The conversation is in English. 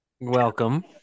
Welcome